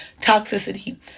toxicity